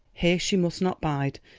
here she must not bide,